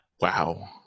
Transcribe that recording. Wow